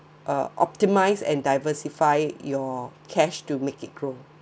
uh optimise and diversify your cash to make it grow